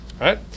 right